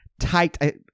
tight